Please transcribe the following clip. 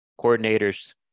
coordinators